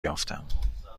یافتم